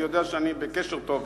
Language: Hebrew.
אני יודע שאני בקשר טוב עכשיו.